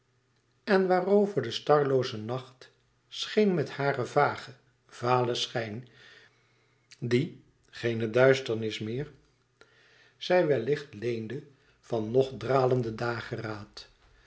en waar over de starlooze nacht scheen met haren vagen valen schijn die geene duisternis meer zij wellicht leende van nog dralende dageraad